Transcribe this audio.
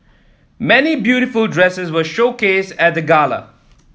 many beautiful dresses were showcased at the gala